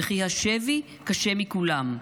וכי השבי קשה מכולם,